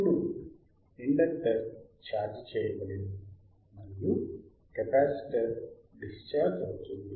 ఇప్పుడు inductor charge చేయబడింది మరియు కెపాసిటర్ డిశ్చార్జ్ అవుతుంది